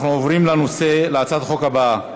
אנחנו עוברים להצעת החוק הבאה: